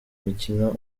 mikino